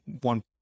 one—